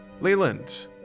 Leland